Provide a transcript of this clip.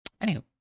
Anywho